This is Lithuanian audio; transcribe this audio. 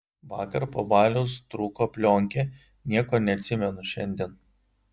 vakar po baliaus trūko plionkė nieko neatsimenu šiandien